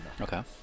Okay